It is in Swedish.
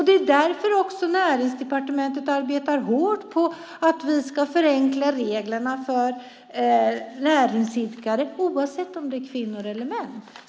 Det är också därför Näringsdepartementet jobbar hårt på att vi ska förenkla reglerna för näringsidkare, oavsett om det är kvinnor eller män.